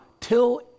till